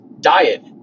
diet